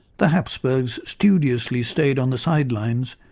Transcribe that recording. the hapsburgs studiously stayed on the sidelines.